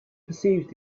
perceived